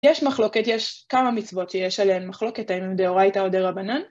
יש מחלוקת, יש כמה מצוות שיש עליהן, מחלוקת האם הן דאורייתא או דרבנן.